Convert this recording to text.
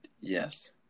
Yes